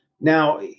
Now